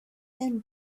thin